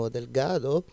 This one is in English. Delgado